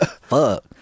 fuck